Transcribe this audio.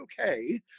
okay